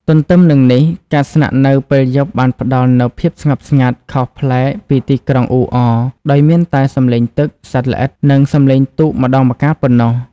ទទ្ទឹមនឹងនេះ ការស្នាក់នៅពេលយប់បានផ្ដល់នូវភាពស្ងប់ស្ងាត់ខុសប្លែកពីទីក្រុងអ៊ូអរ ដោយមានតែសំឡេងទឹក សត្វល្អិត និងសំឡេងទូកម្ដងម្កាលប៉ុណ្ណោះ។